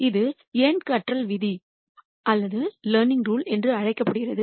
இது ஏன் கற்றல் விதி என்று அழைக்கப்படுகிறது